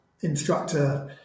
instructor